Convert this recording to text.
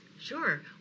Sure